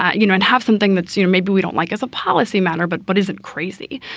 ah you know, and have something that's, you know, maybe we don't like as a policy matter. but but is it crazy?